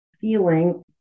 feeling